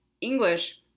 English